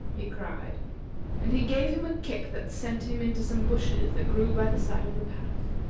he cried and he gave him a kick that sent him into some bushes that grew by the side of the path.